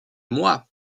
moi